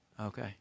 Okay